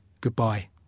Goodbye